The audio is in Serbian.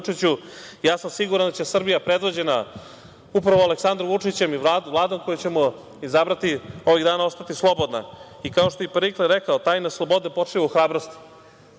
sam siguran da će Srbija predvođena upravo Aleksandrom Vučićem i Vladom koju ćemo izabrati ovih dana ostati slobodna. Kao što je Perikle rekao – tajna slobode počiva u hrabrosti.